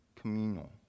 communal